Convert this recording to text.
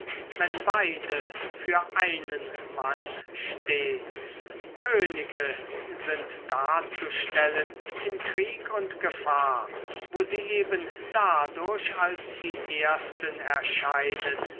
wenn beide für einen mann stehe könige sind darzustellen in krieg und gefahr wo sie eben dadurch als die ersten erscheinen